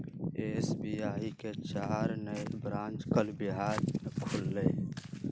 SBI के चार नए ब्रांच कल बिहार में खुलय